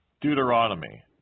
Deuteronomy